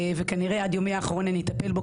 וכנראה שעד יומי האחרון אני אטפל בו,